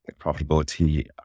profitability